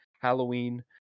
Halloween